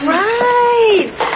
right